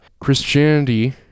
Christianity